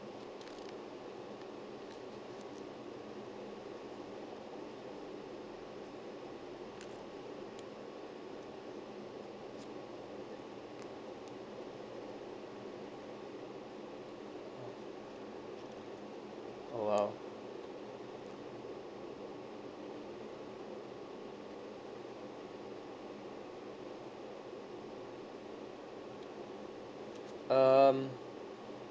!wow! um